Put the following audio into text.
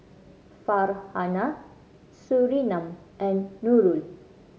Farhanah Surinam and Nurul